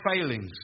failings